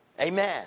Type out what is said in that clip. Amen